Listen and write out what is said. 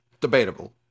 debatable